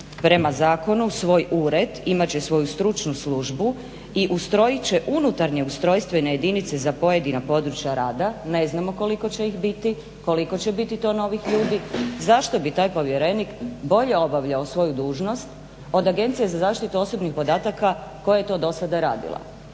prema zakonu svoj ured, imat će svoju stručnu službu i ustrojit će unutarnje ustrojstvene jedinice za pojedina područja rada, ne znamo koliko će ih biti, koliko će biti to novih ljudi. Zašto bi taj povjerenik bolje obavljao svoju dužnost od Agencije za zaštitu osobnih podataka koja je to do sada radila.